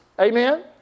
amen